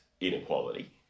inequality